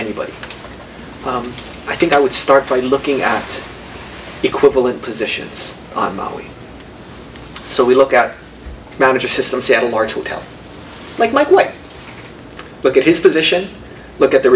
anybody i think i would start by looking at equivalent positions on maui so we look out manager system seattle marshalltown like mike like look at his position look at the